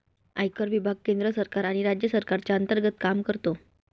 आयकर विभाग केंद्र सरकार आणि राज्य सरकारच्या अंतर्गत काम करतो